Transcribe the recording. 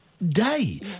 Day